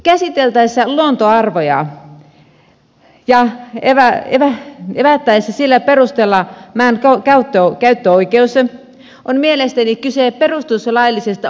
käsiteltäessä luontoarvoja ja evättäessä sillä perusteella maankäyttöoikeus on mielestäni kyse perustuslaillisesta omistusoikeudesta